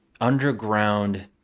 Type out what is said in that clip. underground